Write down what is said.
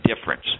difference